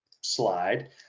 slide